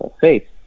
faith